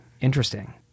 Interesting